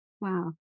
Wow